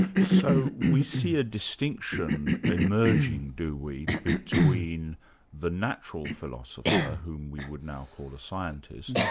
so we see a distinction emerging, do we, between the natural philosopher, whom we would now call a scientist,